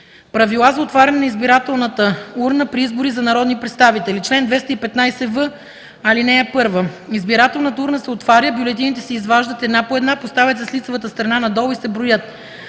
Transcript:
Правила за отваряне на избирателната урна при избори за народни представители Чл. 215в. (1) Избирателната урна се отваря, бюлетините се изваждат една по една, поставят се с лицевата страна надолу и се броят.